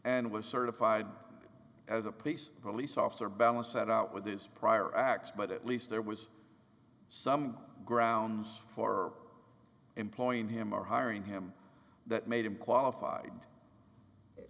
and was certified as a peace police officer balance that out with his prior acts but at least there was some grounds for employing him are hiring him that made him qualified i